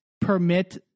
permit